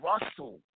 Russell